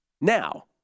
Now